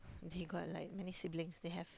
they got like nine siblings they have